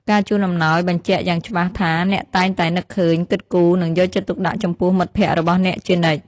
ការជូនអំណោយបញ្ជាក់យ៉ាងច្បាស់ថាអ្នកតែងតែនឹកឃើញ គិតគូរ និងយកចិត្តទុកដាក់ចំពោះមិត្តភក្តិរបស់អ្នកជានិច្ច។